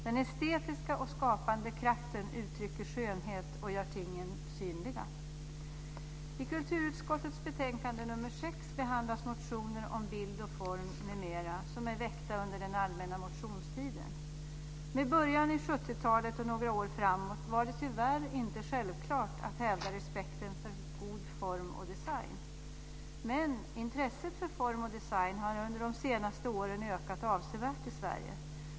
Den estetiska och skapande kraften uttrycker skönhet och gör tingen synliga. Med början i 70-talet och under några år framåt var det tyvärr inte självklart att hävda respekten för god form och design. Men intresset för form och design har under de senaste åren ökat avsevärt i Sverige.